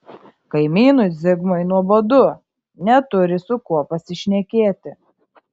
kaimynui zigmui nuobodu neturi su kuo pasišnekėti